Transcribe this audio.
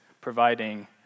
providing